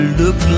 look